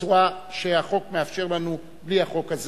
בצורה שהחוק מאפשר לנו בלי החוק הזה